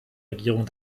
regierung